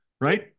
right